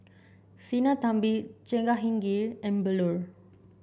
Sinnathamby Jehangirr and Bellur